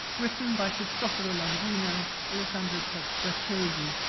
written by cristoforo landino, alessandro braccesi,